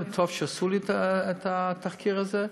וטוב שעשו לי את התחקיר הזה,